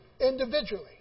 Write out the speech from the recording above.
individually